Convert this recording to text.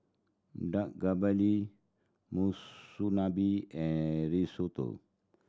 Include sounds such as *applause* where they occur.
Dak *unintelligible* Monsunabe and Risotto